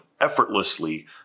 effortlessly